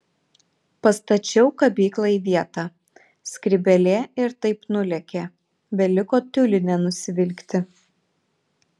pastačiau kabyklą į vietą skrybėlė ir taip nulėkė beliko tiulinę nusivilkti